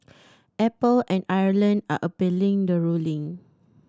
Apple and Ireland are appealing the ruling